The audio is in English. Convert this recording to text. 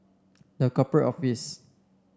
The Corporate Office